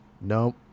Nope